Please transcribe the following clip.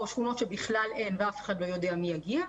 או שכונות שבכלל אין ואף אחד לא יודע מי יגיע,